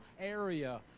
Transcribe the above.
area